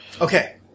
okay